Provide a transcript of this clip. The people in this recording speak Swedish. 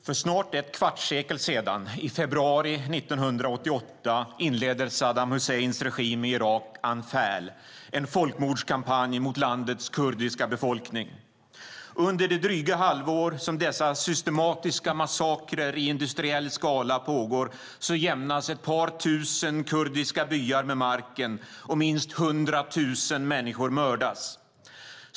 Herr talman! För snart ett kvartssekel sedan, i februari 1988, inledde Saddam Husseins regim i Irak Anfal, som var en folkmordskampanj mot landets kurdiska befolkning. Under det dryga halvår som dessa systematiska massakrer i industriell skala pågick jämnades ett par tusen kurdiska byar med marken och minst hundratusen människor mördades.